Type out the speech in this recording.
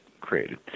created